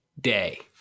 day